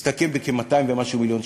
מסתכם בכ-200 ומשהו מיליון שקל,